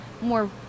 more